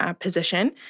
position